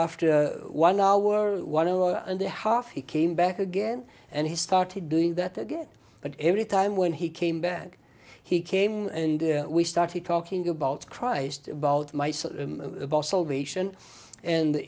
after one hour one hour and a half he came back again and he started doing that again but every time when he came back he came and we started talking about christ about my